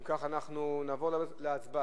אם כך, אנחנו נעבור להצבעה.